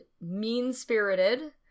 mean-spirited